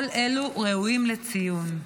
כל אלו ראויים לציון.